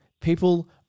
people